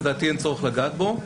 לדעתי אין צורך לגעת בו.